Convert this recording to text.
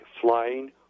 flying